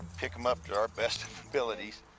pick em up to our best abilities,